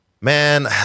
Man